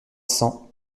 cents